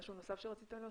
משהו נוסף שרצית להוסיף?